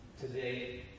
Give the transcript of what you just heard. today